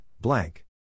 blank